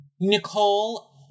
Nicole